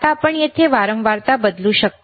आता आपण येथे वारंवारता बदलू शकता